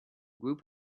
group